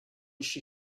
she